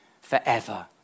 forever